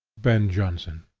ben jonson